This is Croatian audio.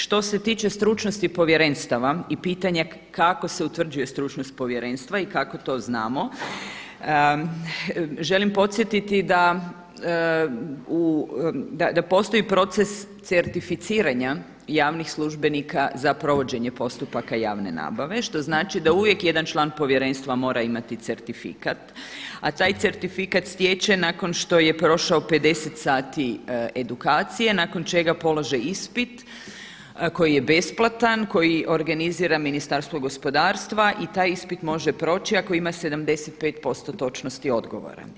Što se tiče stručnosti povjerenstava i pitanja kako se utvrđuje stručnost povjerenstva i kako to znamo želim podsjetiti da postoji proces certificiranja javnih službenika za provođenje postupaka javne nabave, što znači da uvijek jedan član povjerenstva mora imati certifikat, a taj certifikat stječe nakon što je prošao 50 sati edukacije nakon čega polaže ispit koji je besplatna, koji organizira Ministarstvo gospodarstva i taj ispit može proći ako ima 75% točnosti odgovora.